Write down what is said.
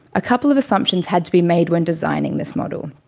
a couple of assumptions had to be made when designing this model.